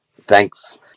thanks